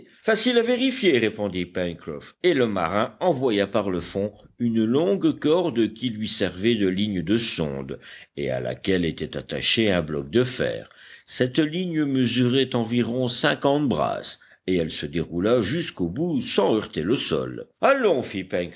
facile à vérifier répondit pencroff et le marin envoya par le fond une longue corde qui lui servait de ligne de sonde et à laquelle était attaché un bloc de fer cette ligne mesurait environ cinquante brasses et elle se déroula jusqu'au bout sans heurter le sol allons